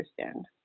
understand